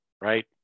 right